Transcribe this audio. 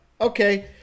Okay